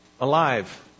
alive